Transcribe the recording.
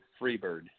Freebird